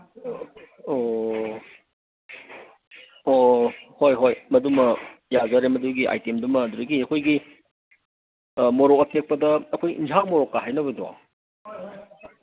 ꯑꯣ ꯑꯣ ꯍꯣꯏ ꯍꯣꯏ ꯃꯗꯨꯃ ꯌꯥꯖꯔꯦ ꯃꯗꯨꯒꯤ ꯑꯥꯏꯇꯦꯝꯗꯨꯃ ꯑꯗꯨꯗꯒꯤ ꯑꯩꯈꯣꯏꯒꯤ ꯃꯣꯔꯣꯛ ꯑꯇꯦꯛꯄꯗ ꯑꯩꯈꯣꯏ ꯏꯟꯖꯥꯡ ꯃꯣꯔꯣꯛꯀ ꯍꯥꯏꯅꯕꯗꯣ